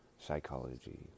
psychology